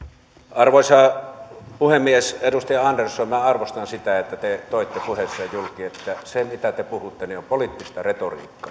arvoisa puhemies edustaja andersson minä arvostan sitä että te toitte puheessa julki että se mitä te puhutte on poliittista retoriikkaa on